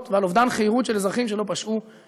ועל אובדן חירות של אזרחים שלא פשעו,